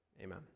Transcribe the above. Amen